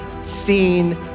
seen